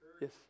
Yes